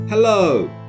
Hello